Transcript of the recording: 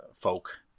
folk